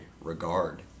regard